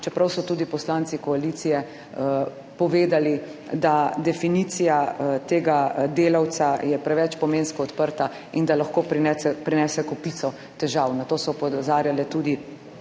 čeprav so tudi poslanci koalicije povedali, da je definicija delavca preveč pomensko odprta in da lahko prinese kopico težav. Na to so opozarjale tudi